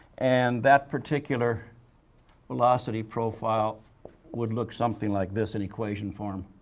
and that particular velocity profile would look something like this in equation form.